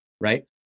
right